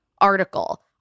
Article